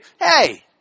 Hey